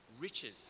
riches